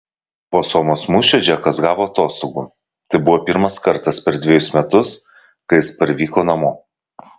po somos mūšio džekas gavo atostogų tai buvo pirmas kartas per dvejus metus kai jis parvyko namo